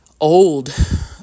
old